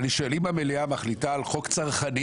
אני שואל: אם המליאה מחליטה על חוק צרכני,